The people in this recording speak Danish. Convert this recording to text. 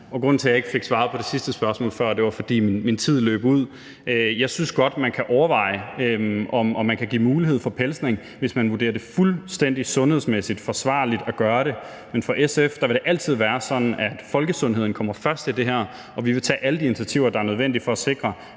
Grunden til, jeg ikke fik svaret på det sidste spørgsmål før, var, at min tid løb ud. Jeg synes godt, man kan overveje, om man kan give mulighed for pelsning, hvis man vurderer det fuldstændig sundhedsmæssigt forsvarligt at gøre det. Men for SF vil det altid være sådan, at folkesundheden kommer først i det her, og vi vil tage alle de initiativer, der er nødvendige for at sikre,